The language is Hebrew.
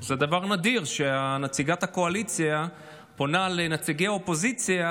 זה דבר נדיר שנציגת הקואליציה פונה לנציגי האופוזיציה